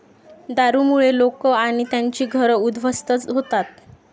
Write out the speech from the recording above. दारूमुळे लोक आणि त्यांची घरं उद्ध्वस्त होतात